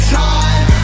time